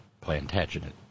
Plantagenet